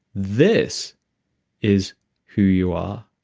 this is who you are.